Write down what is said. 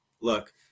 look